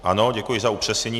Ano, děkuji za upřesnění.